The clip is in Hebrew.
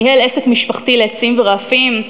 ניהל עסק משפחתי לעצים ורעפים,